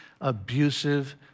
abusive